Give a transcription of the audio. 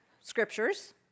scriptures